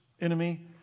enemy